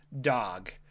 dog